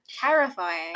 Terrifying